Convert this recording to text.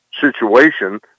situation